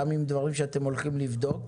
גם יש דברים שאתם הולכים לבדוק